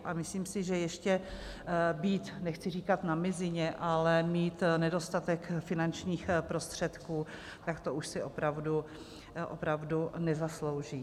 A myslím si, že ještě být nechci říkat na mizině, ale mít nedostatek finančních prostředků, tak to už si opravdu nezaslouží.